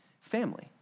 family